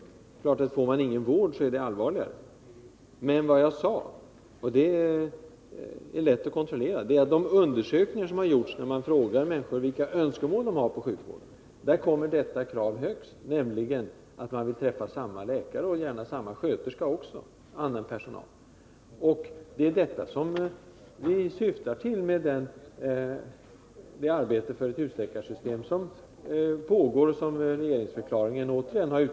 Det är klart att får man ingen vård så är det allvarligare. Men vad jag sade var att — och det är lätt att kontrollera — när man i undersökningar frågar människor vilka önskemål de har på sjukvården, så kommer det kravet främst, att de vill ha samma läkare 137 och gärna samma sköterska och samma personal över huvud taget. Det är detta som vi syftar till med det pågående arbetet för ett husläkarsystem, som f. ö. finns med igen i regeringsförklaringen.